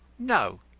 no,